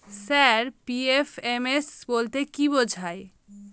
Sir PFMS বলতে কি বোঝায়?